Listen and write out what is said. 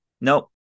Nope